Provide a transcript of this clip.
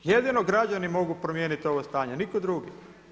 Jedino građani mogu promijeniti ovo stanje, nitko drugi.